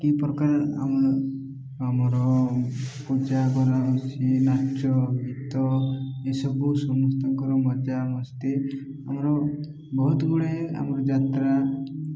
କି ପ୍ରକାର ଆମର ଆମର ପୂଜା କରାଯାଉଛି ନାଚ ଗୀତ ଏସବୁ ସମସ୍ତଙ୍କର ମଜା ମସ୍ତି ଆମର ବହୁତ ଗୁଡ଼ାଏ ଆମର ଯାତ୍ରା